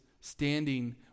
standing